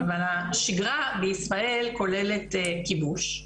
אבל השגרה בישראל כוללת כיבוש,